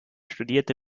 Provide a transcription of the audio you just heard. studierte